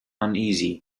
uneasy